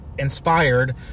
inspired